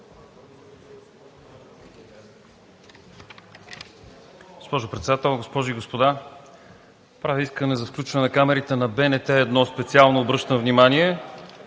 Госпожо Председател, госпожи и господа! Правя искане за включване на камерите на БНТ 1 – специално обръщам внимание,